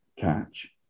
catch